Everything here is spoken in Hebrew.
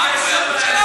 בלי קשר לעמדה.